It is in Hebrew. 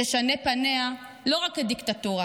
תשנה פניה לא רק לדיקטטורה,